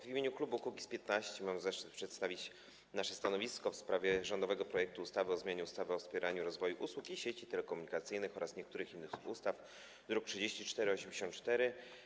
W imieniu klubu Kukiz’15 mam zaszczyt przedstawić nasze stanowisko w sprawie rządowego projektu ustawy o zmianie ustawy o wspieraniu rozwoju usług i sieci telekomunikacyjnych oraz niektórych innych ustaw, druk nr 3484.